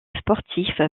sportif